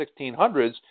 1600s